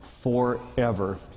forever